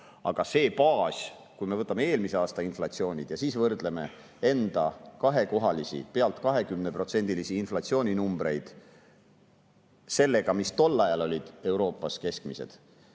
Aga see baas, kui me võtame eelmise aasta inflatsiooni ja siis võrdleme enda kahekohalisi, pealt 20%‑lisi inflatsiooninumbreid sellega, mis tol ajal olid Euroopas keskmised,